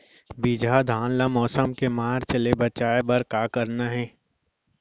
बिजहा धान ला मौसम के मार्च ले बचाए बर का करना है?